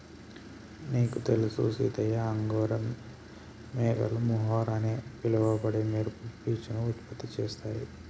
నీకు తెలుసు సీతయ్య అంగోరా మేకలు మొహర్ అని పిలవబడే మెరుపు పీచును ఉత్పత్తి చేస్తాయి